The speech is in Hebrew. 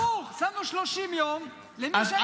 שמנו 30 יום למי שהיה לוחם.